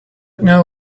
know